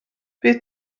bydd